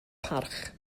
parch